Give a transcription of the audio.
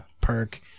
perk